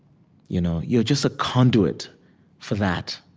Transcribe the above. you know you're just a conduit for that.